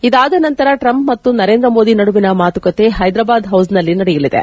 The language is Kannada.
ಇದಾದ ನಂತರ ಟ್ರಂಪ್ ಮತ್ತು ನರೇಂದ್ರ ಮೋದಿ ನಡುವಿನ ಮಾತುಕತೆ ಹೈದರಾಬಾದ್ ಹೌಸ್ ನಲ್ಲಿ ನಡೆಯಲಿದೆ